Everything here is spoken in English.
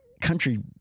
country